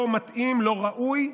לא מתאים, לא ראוי,